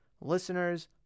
listeners